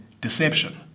deception